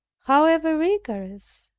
however rigorous,